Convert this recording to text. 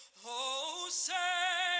oh, say